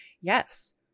yes